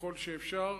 ככל שאפשר,